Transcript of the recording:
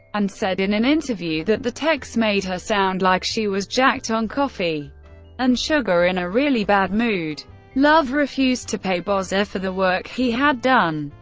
and said in an interview that the text made her sound like she was jacked on coffee and sugar in a really bad mood. love refused to pay bozza for the work he had done,